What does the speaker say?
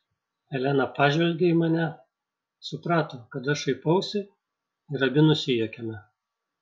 elena pažvelgė į mane suprato kad aš šaipausi ir abi nusijuokėme